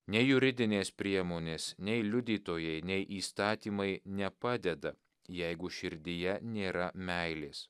nei juridinės priemonės nei liudytojai nei įstatymai nepadeda jeigu širdyje nėra meilės